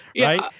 right